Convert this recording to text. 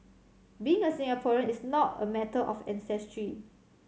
being a Singaporean is not a matter of ancestry